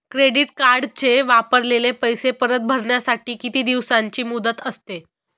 Credit कार्डचे वापरलेले पैसे परत भरण्यासाठी किती दिवसांची मुदत असते?